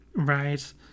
right